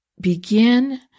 begin